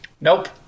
nope